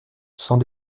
sans